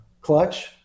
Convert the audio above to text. clutch